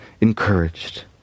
encouraged